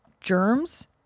germs